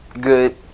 Good